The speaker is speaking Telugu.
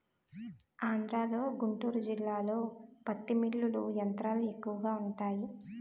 ఆంధ్రలో గుంటూరు జిల్లాలో పత్తి మిల్లులు యంత్రాలు ఎక్కువగా వుంటాయి